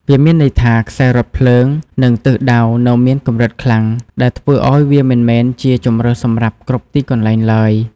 វាមានន័យថា ខ្សែរថភ្លើង និងទិសដៅនៅមានកម្រិតខ្លាំង ដែលធ្វើឱ្យវាមិនមែនជាជម្រើសសម្រាប់គ្រប់ទីកន្លែងឡើយ។